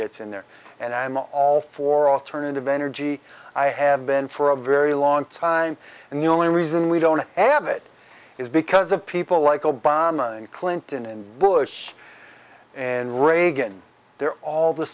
gets in there and i'm all for alternative energy i have been for a very long time and the only reason we don't have it is because of people like obama and clinton and bush and reagan they're all the